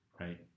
right